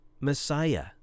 Messiah